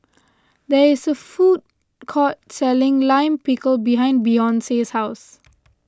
there is a food court selling Lime Pickle behind Beyonce's house